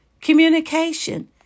Communication